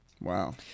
Wow